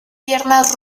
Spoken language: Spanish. piernas